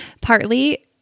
partly